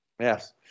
yes